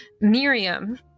miriam